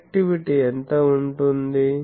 directivity ఎంత ఉంటుంది